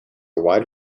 wide